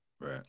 Right